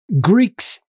Greeks